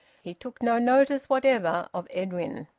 he took no notice whatever of edwin.